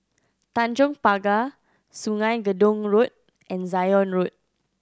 Tanjong Pagar Sungei Gedong Road and Zion Road